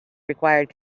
required